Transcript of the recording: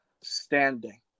Standing